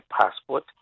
passport